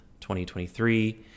2023